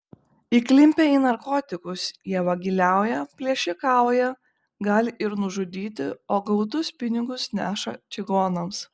įklimpę į narkotikus jie vagiliauja plėšikauja gali ir nužudyti o gautus pinigus neša čigonams